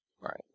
Right